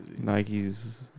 Nike's